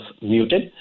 muted